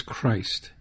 Christ